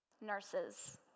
nurses